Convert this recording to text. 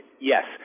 yes